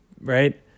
right